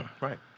Right